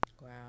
Wow